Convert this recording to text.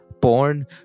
porn